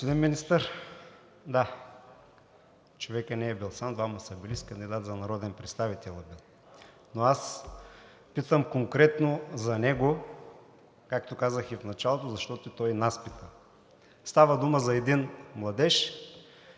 Господин Министър, да, човекът не е бил сам, двама са били с кандидат за народен представител, но аз питам конкретно за него, както казах и в началото, защото той нас пита. Става дума за един младеж,